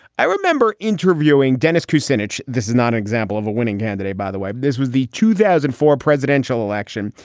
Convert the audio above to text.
i remember interviewing dennis kucinich. this is not example of a winning candidate, by the way. this was the two thousand and four presidential election.